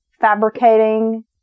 fabricating